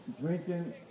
drinking